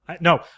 No